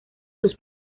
sus